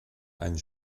einen